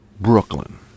Brooklyn